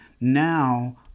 now